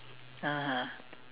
(uh huh)